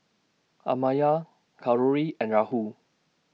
Amartya Kalluri and Rahul